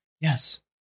Yes